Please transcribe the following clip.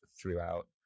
throughout